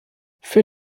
für